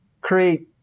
create